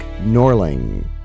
Norling